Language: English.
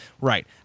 Right